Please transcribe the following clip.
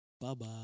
Bye-bye